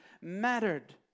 mattered